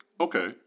okay